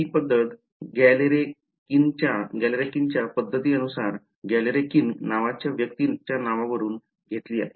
ही पद्धत गॅलेरकिनच्या Galerkin's पद्धतीनुसार गॅलरकिन नावाच्या व्यक्ती नावावरुन घेतली आहे